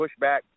pushback